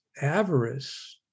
avarice